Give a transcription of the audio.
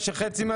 שבו